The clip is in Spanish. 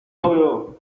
novio